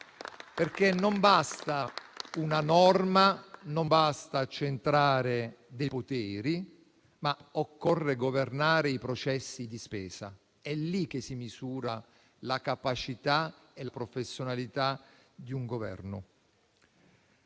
basta, infatti, una norma, non basta accentrare i poteri; occorre governare i processi di spesa. È lì che si misura la capacità e la professionalità di un Governo.